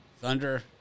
Thunder